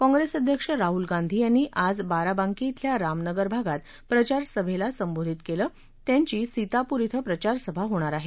काँग्रेस अध्यक्ष राहुल गांधी आज बाराबांकी खिल्या रामनगर भागात प्रचार सभेला संबोधित करतील त्यांची सीतापूर श्वे प्रचारसभा होणार आहे